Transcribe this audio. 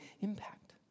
impact